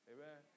Amen